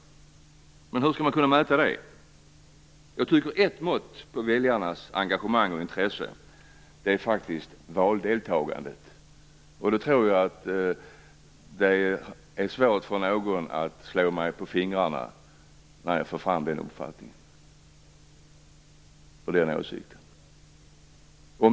Men hur skall man kunna mäta det? Ett mått på väljarnas engagemang och intresse är faktiskt valdeltagandet. Jag tror att det är svårt för någon att slå mig på fingrarna när jag för fram den uppfattningen.